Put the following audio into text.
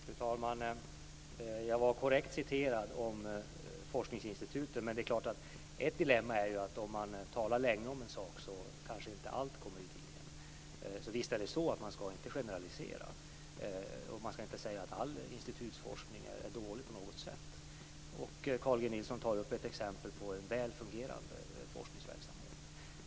Fru talman! Jag var korrekt citerad om forskningsinstituten. Ett dilemma är ju att om man talar länge om en sak kanske inte allt kommer i tidningen. Visst är det så att man inte ska generalisera och man ska inte säga att all institutionsforskning är dålig. Carl G Nilson tog upp ett exempel på en väl fungerande forskningsverksamhet.